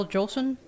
Jolson